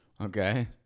Okay